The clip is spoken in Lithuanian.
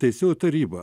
teisėjų taryba